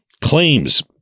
claims